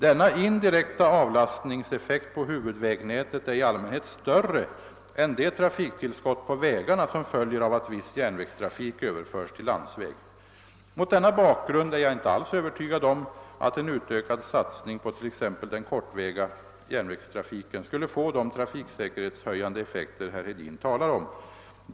Denna indirekta avlastningseffekt på huvudvägnätet är i allmänhet större än det trafiktillskott på vägarna som följer av att viss järnvägstrafik överförs till landsväg. Mot denna bakgrund är jag inte alls övertygad om att en utökad satsning på t.ex. den kortväga järnvägstrafiken skulle få de trafiksäkerhetshöjande effekter herr Hedin talar om.